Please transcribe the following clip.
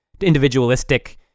individualistic